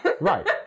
Right